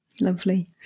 Lovely